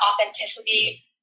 authenticity